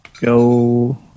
go